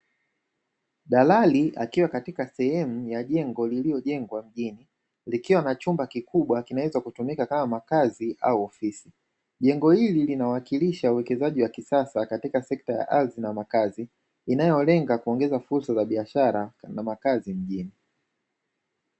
Dalali akiwa katika sehemu ya jengo lililojengwa mjini ,likiwa na chumba kikubwa kinaweza kutumika kama makazi au ofisi, jengo hili linawakilisha uwekezaji wa kisasa katika sekta ya ardhi na makazi inayolenga kuongeza fursa za biashara na makazi mjini.